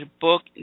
book